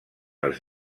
els